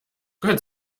gott